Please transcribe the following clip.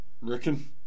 Reckon